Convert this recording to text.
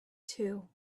too